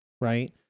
right